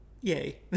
Yay